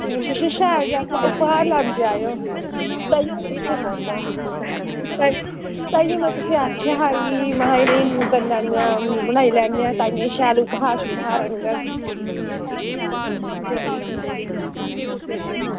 अच्छा शैल जेहा उपहार लैंदे आएओ तां में तुसेंगी आखेआ हा कि महां इ'नें ओह् करी लैन्ने आं बनाई लैने आं ताइयें शैल उपहार शुपहार आनङन